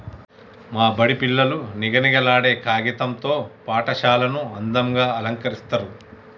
మా బడి పిల్లలు నిగనిగలాడే కాగితం తో పాఠశాలను అందంగ అలంకరిస్తరు